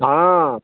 हँ